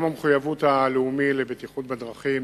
היום הלאומי למחויבות לבטיחות בדרכים,